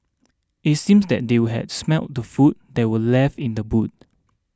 it seems that they had smelt the food that were left in the boot